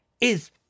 Is